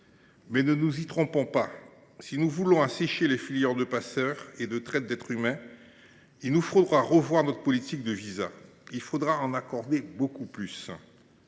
Mais ne nous y trompons pas : si nous voulons assécher les filières de passeurs et de traite des êtres humains, il nous faudra revoir notre politique de visa ; il faudra en accorder beaucoup plus.